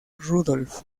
rudolf